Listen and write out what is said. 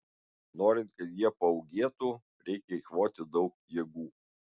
norint kad jie paūgėtų reikia eikvoti daug jėgų